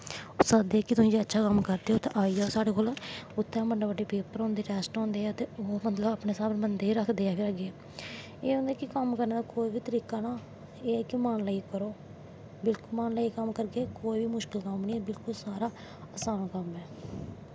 सददे कि तुस अच्छा कम्म करदे ओ ते आई जाओ साढ़े कोल उत्थें बड्डे बड्डे पेपर होंदे ऐं टैस्ट होंदे ऐ ते ओह् अपनें हिसाब नाल रक्खदे ऐ बंदे गी एह् होंदा कि कम्म करनें दा कोई बी तरीका ना मन लाईयै करो बिल्कुल मन लाईयै कम्म करगे कोई मुश्कल कम्म नी ऐ सारा आसार कम्म ऐ